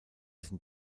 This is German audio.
sind